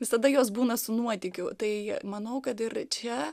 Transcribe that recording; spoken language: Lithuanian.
visada jos būna su nuotykiu tai manau kad ir čia